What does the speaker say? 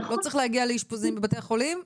לא צריך להגיע לאשפוזים בבתי חולים,